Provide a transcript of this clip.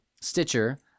Stitcher